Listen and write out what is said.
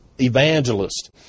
Evangelist